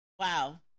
Wow